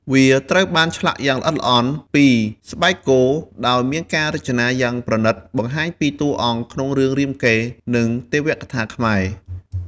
វាត្រូវបានឆ្លាក់យ៉ាងល្អិតល្អន់ពី ស្បែកគោ ដោយមានការរចនាយ៉ាងប្រណិតបង្ហាញពីតួអង្គក្នុងរឿងរាមកេរ្តិ៍ និងទេវកថាខ្មែរ។